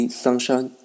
sunshine